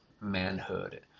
manhood